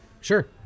Sure